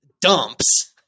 dumps